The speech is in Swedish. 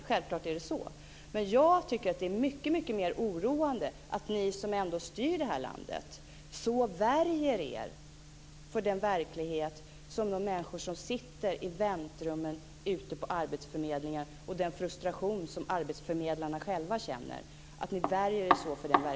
Självklart är det så, men jag tycker att det är mycket mer oroande att ni som ändå styr det här landet värjer er så för verkligheten för de människor som sitter i väntrummen ute på arbetsförmedlingar och den frustration som arbetsförmedlarna själva känner.